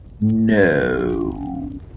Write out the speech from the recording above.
No